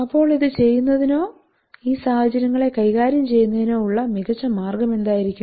അപ്പോൾ ഇത് ചെയ്യുന്നതിനോ ഈ സാഹചര്യങ്ങളെ കൈകാര്യം ചെയ്യുന്നതിനോ ഉള്ള മികച്ച മാർഗം എന്തായിരിക്കും